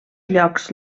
llocs